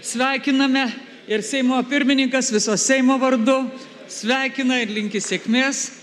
sveikiname ir seimo pirmininkas viso seimo vardu sveikina ir linki sėkmės